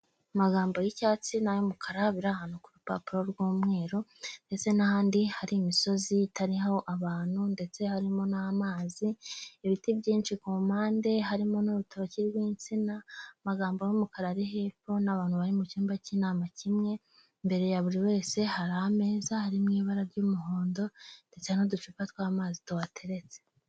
Amagambo y'icyatsi n'ay'umukara biri ahantu ku rupapuro rw'umweru ndetse n'ahandi hari imisozi itariho abantu ndetse harimo n'amazi, ibiti byinshi ku mpande harimo n'urutoki rw'insina, amagambo y'umukara ari hepfo n'abantu bari mu cyumba cy'inama kimwe, imbere ya buri wese hari ameza ari mu ibara ry'umuhondo ndetse n'uducupa tw'amazi tuhateretse.